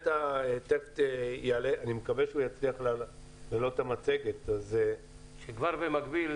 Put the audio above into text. תכף אני מקווה שהוא יצליח להעלות את המצגת אז -- שכבר במקביל,